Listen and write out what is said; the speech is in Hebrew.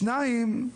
שתיים,